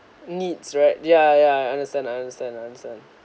needs right ya ya I understand I understand I understand